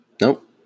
Nope